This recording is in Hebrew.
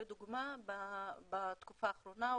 לדוגמה, בתקופה האחרונה,